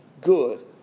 good